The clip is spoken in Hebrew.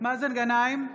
מאזן גנאים,